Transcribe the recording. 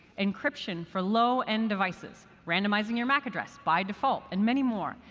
encryption for low-end devices, randomizing your mac address by default, and many more.